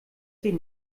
sich